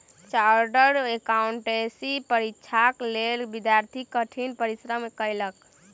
chartered accountancy परीक्षाक लेल विद्यार्थी कठिन परिश्रम कएलक